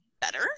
better